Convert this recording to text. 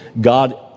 God